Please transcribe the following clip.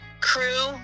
crew